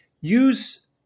use